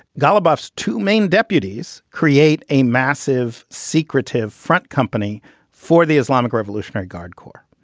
ghalibaf so two main deputies, create a massive, secretive front company for the islamic revolutionary guard corps.